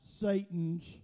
satan's